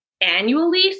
annually